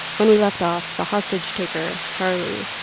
when we left off, the hostage-taker, charlie,